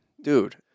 Dude